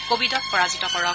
কোৱিডক পৰাজিত কৰক